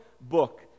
book